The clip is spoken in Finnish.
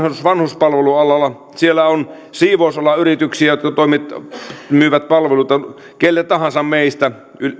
vanhuspalvelualalla siellä on siivousalan yrityksiä jotka myyvät palveluita kenelle tahansa meistä